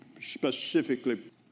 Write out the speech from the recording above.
specifically